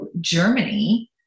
Germany